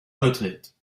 retraite